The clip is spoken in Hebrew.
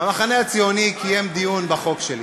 המחנה הציוני קיים דיון בחוק שלי.